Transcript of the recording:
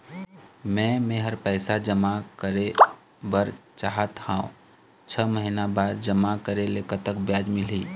मे मेहर पैसा जमा करें बर चाहत हाव, छह महिना बर जमा करे ले कतक ब्याज मिलही?